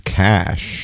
cash